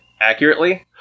accurately